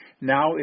now